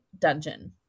dungeon